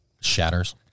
Shatters